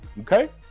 okay